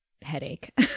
headache